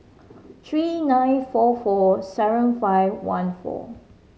three nine four four seven five one four